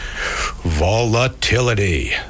Volatility